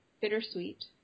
bittersweet